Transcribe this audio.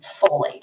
folate